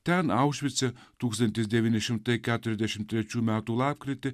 ten aušvice tukstantis devyni šimtai keturiasdešimt trečių metų lapkritį